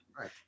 Right